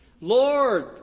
Lord